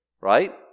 right